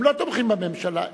הם לא תומכים בממשלה,